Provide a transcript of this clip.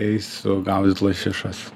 eisiu gaudyt lašišas